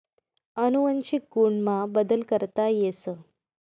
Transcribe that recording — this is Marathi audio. अनुवंशिक गुण मा बदल करता येस